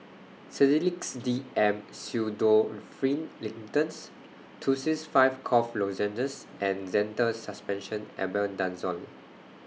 Sedilix D M Pseudoephrine Linctus Tussils five Cough Lozenges and Zental Suspension Albendazole